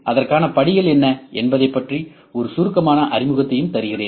அதற்கான படிகள் என்ன என்பதைப் பற்றி ஒரு சுருக்கமான அறிமுகத்தையும் தருகிறேன்